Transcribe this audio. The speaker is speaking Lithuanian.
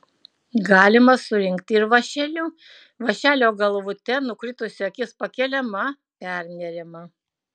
galima surinkti ir vąšeliu vąšelio galvute nukritusi akis pakeliama perneriama